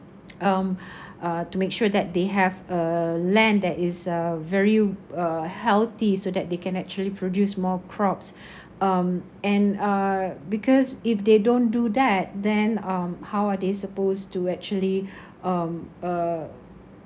um uh to make sure that they have a land that is uh very uh healthy so that they can actually produce more crops um and uh because if they don't do that then um how are they supposed to actually um uh